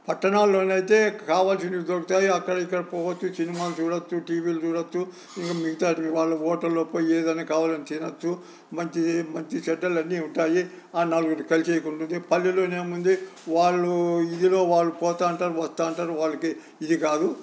పట్టణాలల్లో అయితే కావాల్సినవి దొరుకుతాయి అక్కడ ఇక్కడ పోవచ్చు సినిమాలు చూడవచ్చు టీవీలు చూడవచ్చు మిగతావి వాళ్లు హోటల్లో పోయేదానికి కావాల్సినవి తినవచ్చు మంచి మంచి చెడ్డలన్నీ ఉంటాయి నలుగురితో కలిసేకి ఉంటుంది పల్లెలో ఏముంటుంది వాళ్ల ఇదిలో వాళ్లు పోతూ ఉంటారు వస్తూ ఉంటారు వాళ్లకి ఇది కాదు